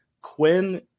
Quinn